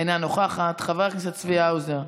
אינה נוכחת, חבר הכנסת צבי האוזר,